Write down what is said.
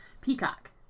Peacock